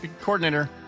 coordinator